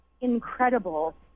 incredible